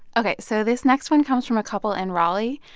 ok. so this next one comes from a couple in raleigh,